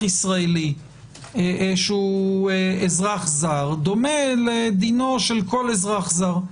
ישראלי שהוא אזרח זר דומה לדינו של כל אזרח זר,